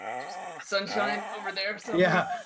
just sunshine over there. so yeah,